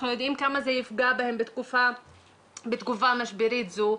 אנחנו יודעים כמה זה יפגע בהם בתקופה משברית זאת.